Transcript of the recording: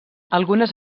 algunes